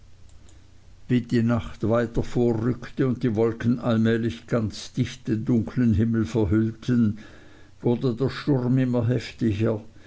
die nacht weiter vorrückte und die wolken allmählich ganz dicht den dunkeln himmel verhüllten wurde der sturm immer heftiger